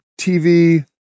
TV